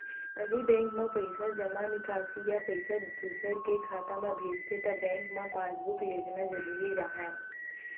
पहिली बेंक म पइसा जमा, निकासी या पइसा दूसर के खाता म भेजथे त बेंक म पासबूक लेगना जरूरी राहय